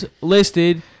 listed